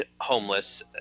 homeless